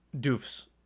Doof's